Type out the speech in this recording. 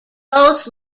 both